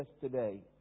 today